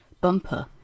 Bumper